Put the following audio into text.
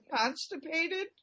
constipated